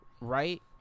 right